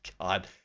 God